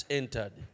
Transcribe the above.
entered